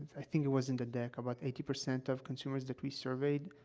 i think it was in the deck, about eighty percent of consumers that we surveyed